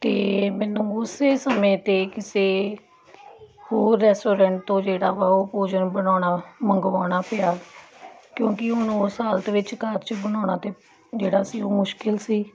ਅਤੇ ਮੈਨੂੰ ਉਸ ਸਮੇਂ 'ਤੇ ਕਿਸੇ ਹੋਰ ਰੈਸਟੋਰੈਂਟ ਤੋਂ ਜਿਹੜਾ ਵਾ ਉਹ ਭੋਜਨ ਬਣਾਉਣਾ ਮੰਗਵਾਉਣਾ ਪਿਆ ਕਿਉਂਕਿ ਹੁਣ ਉਸ ਹਾਲਤ ਵਿੱਚ ਘਰ 'ਚ ਬਣਾਉਣਾ ਤਾਂ ਜਿਹੜਾ ਸੀ ਉਹ ਮੁਸ਼ਕਲ ਸੀ